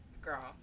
girl